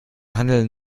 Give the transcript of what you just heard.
handeln